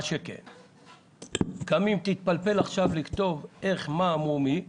גם אם תתפלפל עכשיו לכתוב איך, מה, מו, מי,